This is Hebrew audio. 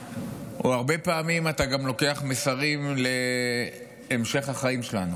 הרבה פעמים אתה גם לוקח מסרים להמשך החיים שלנו.